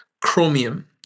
Chromium